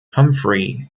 humphrey